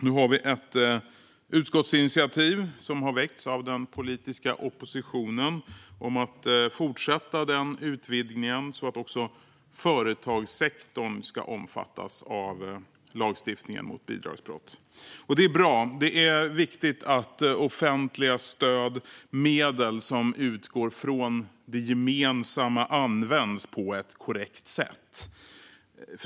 Nu har vi ett utskottsinitiativ som har väckts av den politiska oppositionen om att fortsätta denna utvidgning så att också företagssektorn ska omfattas av lagstiftningen mot bidragsbrott. Det är bra. Det är viktigt att offentliga stöd, medel som utgår från det gemensamma, används på ett korrekt sätt.